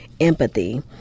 empathy